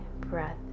breath